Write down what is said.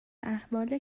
احوال